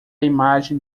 imagem